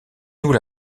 nous